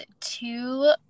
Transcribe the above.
two